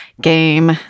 game